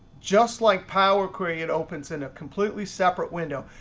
just like power query, it opens in a completely separate window.